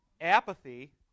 apathy